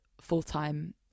full-time